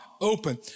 open